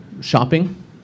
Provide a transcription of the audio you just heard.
Shopping